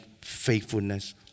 faithfulness